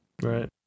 Right